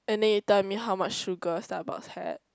and then you tell me how much sugar Starbucks had